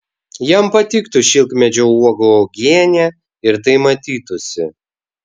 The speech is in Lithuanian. jam patiktų šilkmedžio uogų uogienė ir tai matytųsi